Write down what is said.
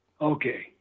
Okay